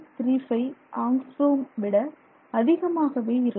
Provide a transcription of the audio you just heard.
35 angstrom விட அதிகமாகவே இருக்கும்